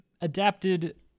adapted